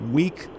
week